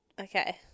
Okay